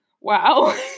Wow